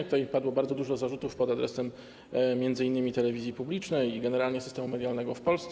Tutaj padło bardzo dużo zarzutów pod adresem m.in. telewizji publicznej i generalnie systemu medialnego w Polsce.